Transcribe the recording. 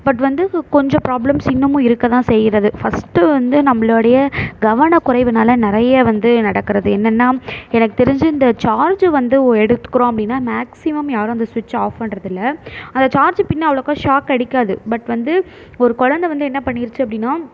but வந்து கொஞ்சம் problems இன்னமும் இருக்கதான் செய்கிறது ஃபஸ்ட்டு வந்து நம்மளோடைய கவன குறைவினால நிறைய வந்து நடக்கிறது என்னென்ன எனக்கு தெரிஞ்சு இந்த சார்ஜ் வந்து எடுக்கிறோம் அப்படினா மேக்ஸிமம் யாரும் அந்த சுவிட்ச்சை ஆஃப் பண்ணுறதில்ல அந்த சார்ஜ் பின் அவ்வளோக்கா ஷாக் அடிக்காது பட் வந்து ஒரு குழந்த வந்து என்ன பண்ணிடுச்சி அப்படினா